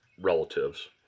relatives